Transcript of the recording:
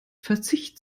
verzicht